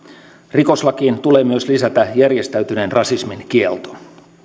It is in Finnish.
rikoslakiin tulee myös lisätä järjestäytyneen rasismin kielto